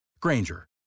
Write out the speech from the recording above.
Granger